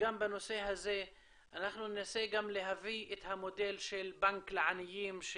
גם בנושא הזה ננסה להביא את המודל של בנק לעניים,